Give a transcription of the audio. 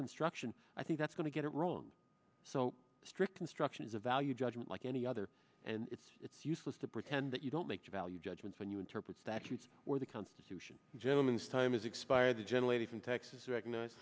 construction i think that's going to get it wrong so strict construction is a value judgement like any other and it's it's useless to pretend that you don't make value judgments when you interpret statutes or the constitution gentleman's time has expired generally from texas recognize